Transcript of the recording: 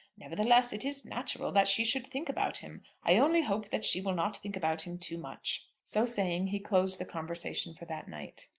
nevertheless, it is natural that she should think about him. i only hope that she will not think about him too much. so saying he closed the conversation for that night.